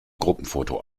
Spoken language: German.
gruppenfoto